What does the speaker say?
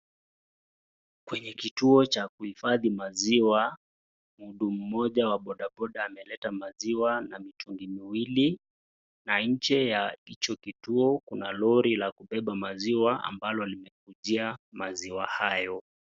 Kwenye kituo cha kuhifadhi maziwa, mtu mmoja wa bodaboda ameleta maziwa na mitungi miwili, na nje ya hicho kituo kuna lori la kubebea maziwa ambalo limekujia maziwa hayo.